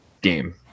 game